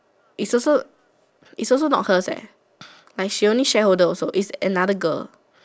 is also is also not hers eh like she only shareholder also it's another girl